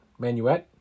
Manuette